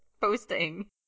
posting